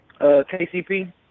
KCP